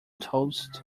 toast